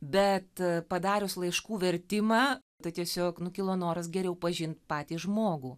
bet padarius laiškų vertimą tai tiesiog nu kilo noras geriau pažint patį žmogų